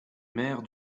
maire